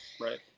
right